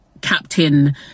captain